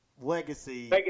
legacy